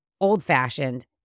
old-fashioned